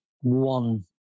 one